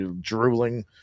drooling